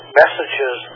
messages